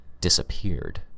Disappeared